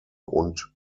und